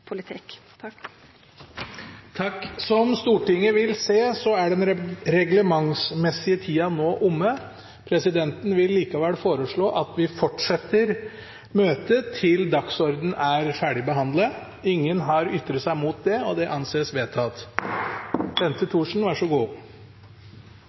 politikk? Som Stortinget vil se, er den reglementsmessige tiden nå omme. Presidenten vil likevel foreslå at vi fortsetter møtet til dagsordenen er ferdigbehandlet. – Ingen har ytret seg mot det, og det anses vedtatt.